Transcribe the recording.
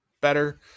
better